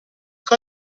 che